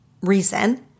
reason